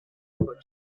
public